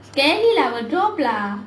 scary lah will drop lah